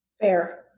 Fair